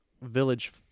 village